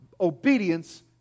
obedience